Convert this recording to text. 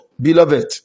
beloved